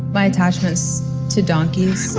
my attachments to donkeys.